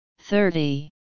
thirty